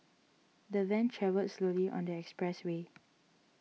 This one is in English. the van travelled slowly on the expressway